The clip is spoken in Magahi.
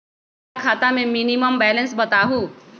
हमरा खाता में मिनिमम बैलेंस बताहु?